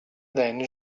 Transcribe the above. then